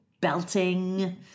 belting